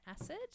acid